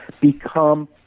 become